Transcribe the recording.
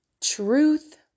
Truth